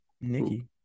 Nikki